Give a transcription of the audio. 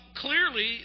clearly